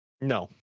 No